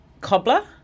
cobbler